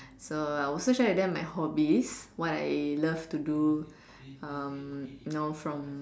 so I would also share with them by hobbies what I love to do um you know from